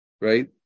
Right